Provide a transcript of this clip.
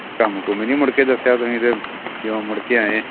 ਕੰਮ ਕੁੰਮ ਹੀ ਨਹੀਂ ਮੁੜ ਕੇ ਦੱਸਿਆ ਤੁਸੀਂ ਤਾਂ ਜੋ ਮੁੜ ਕੇ ਆਏ